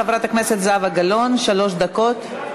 חברת הכנסת זהבה גלאון, שלוש דקות.